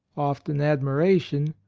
often admiration,